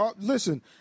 Listen